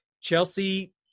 Chelsea